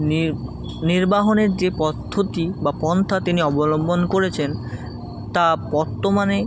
নির নির্বাহনের যে পদ্ধতি বা পন্থা তিনি অবলম্বন করেছেন তা বর্তমানে